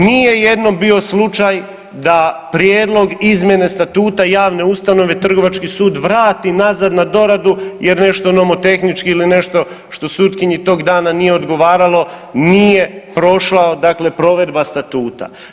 Nije jednom bio slučaj da prijedlog izmjene statuta javne ustanove trgovački sud vrati nazad na doradu jer nešto nomotehnički ili nešto što sutkinji tog dana nije odgovaralo nije prošao, dakle provedba statuta.